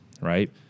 right